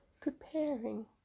preparing